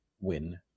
win